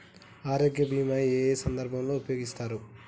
ఆరోగ్య బీమా ఏ ఏ సందర్భంలో ఉపయోగిస్తారు?